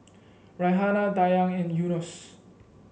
Raihana Dayang and Yunos